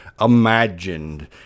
imagined